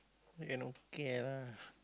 and okay lah